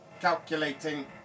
calculating